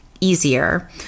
easier